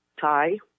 Thai